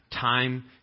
time